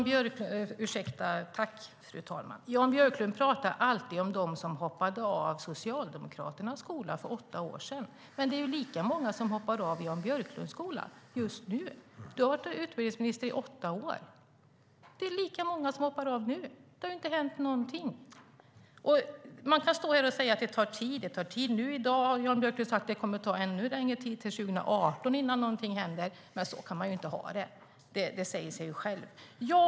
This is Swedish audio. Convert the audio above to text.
Fru talman! Jan Björklund pratar alltid om de som hoppade av Socialdemokraternas skola för åtta år sedan, men det är lika många som hoppar av Jan Björklunds skola just nu. Du har varit utbildningsminister i åtta år. Det är lika många som hoppar av nu. Det har inte hänt någonting. Man kan stå här och säga att det tar tid. I dag har Jan Björklund sagt att det kommer att ta ännu längre tid, till 2018, innan någonting händer. Men så kan man inte ha det. Det säger sig självt.